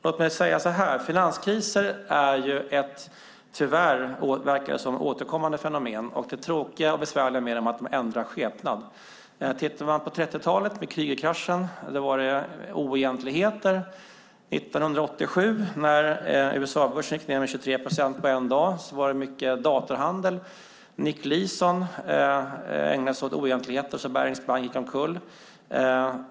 Låt mig säga följande: Finanskriser verkar tyvärr vara ett återkommande fenomen. Det tråkiga och besvärliga med dem är att de ändrar skepnad. Tittar man på 30-talet med Kreugerkraschen var det fråga om oegentligheter. År 1987 när USA-börsen gick ned med 23 procent på en dag var det mycket datorhandel. Nick Leeson ägnade sig åt oegentligheter så att Barings Bank gick omkull.